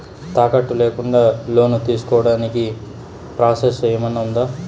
తాకట్టు లేకుండా లోను తీసుకోడానికి ప్రాసెస్ ఏమన్నా ఉందా?